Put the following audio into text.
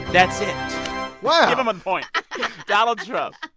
that's it wow give him a point donald trump.